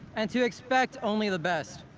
and to expect only the best,